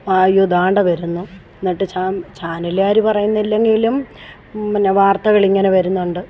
അയ്യോ ദാണ്ട വരുന്നു എന്നിട്ട് ചാൻ ചാനലുകാർ പറയുന്നില്ലെങ്കിലും പിന്നെ വാർത്തകൾ ഇങ്ങനെ വരുന്നുണ്ട്